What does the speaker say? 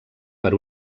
per